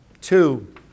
Two